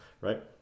right